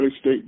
State